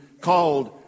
called